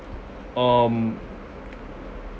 um